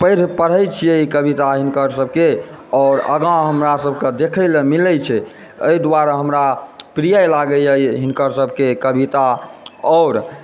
पढ़ि पढ़ै छियै कविता हिनकरसभके आओर आगाँ हमरासभके देखय लेल मिलैत छै एहि दुआरे हमरा प्रिय लागैए हिनकरसभके कविता आओर